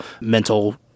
mental